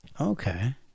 Okay